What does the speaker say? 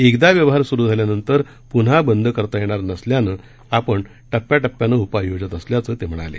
एकदा व्यवहार सुरू झाल्यानंतर पुन्हा बंद करता येणार नसल्यानं आपण टप्प्यामधे उपाय योजत असल्याचं ते म्हणाले